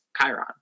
Chiron